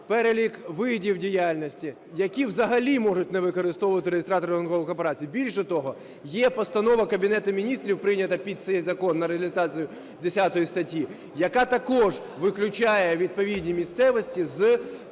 перелік видів діяльності, які взагалі можуть не використовувати реєстратор розрахункових операцій. Більше того, є постанова Кабінету Міністрів, прийнята під цей закон на реалізацію 10 статті, яка також виключає відповідні місцевості з